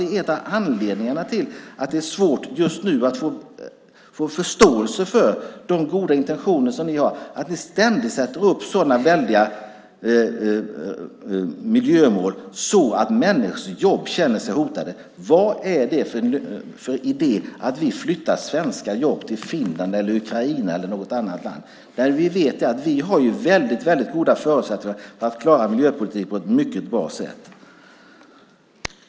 Jag tror att en av anledningarna till att det just nu är svårt att få förståelse för de goda intentioner som ni har är att ni ständigt sätter upp sådana stora miljömål att människor känner att deras jobb är hotade. Vad är det för idé att vi flyttar svenska jobb till Finland, Ukraina eller något annat land när vi vet att vi har väldigt goda förutsättningar att klara miljöpolitiken på ett mycket bra sätt?